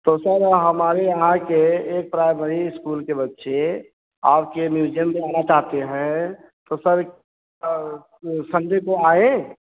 तो सर हमारे यहाँ के एक प्राइमरी स्कूल के बच्चे आपके म्यूजियम में आना चाहते हैं तो सर कब संडे को आए